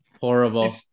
horrible